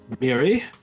Mary